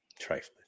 Trifling